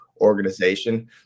organization